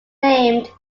named